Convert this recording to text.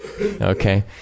okay